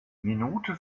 minute